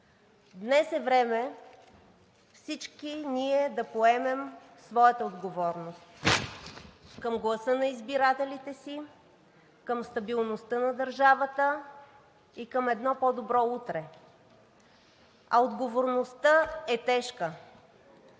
Днес е време всички ние да поемем своята отговорност към гласа на избирателите си, към стабилността на държавата и към едно по-добро утре, а отговорността е тежка.